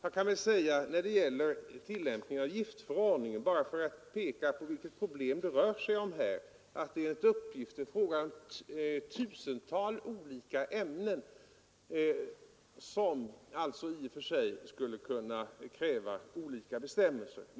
Jag kan väl säga beträffande tillämpningen av giftförordningen — bara för att peka på vilket problem det rör sig om — att det enligt uppgift är fråga om tusentals olika ämnen som alltså i och för sig skulle kunna kräva olika bestämmelser.